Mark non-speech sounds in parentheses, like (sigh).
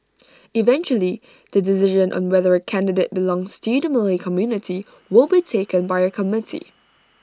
eventually the decision on whether A candidate belongs to the Malay community (noise) will be taken by A committee (noise)